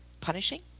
punishing